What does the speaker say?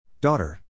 Daughter